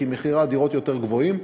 כי מחירי הדירות יותר גבוהים.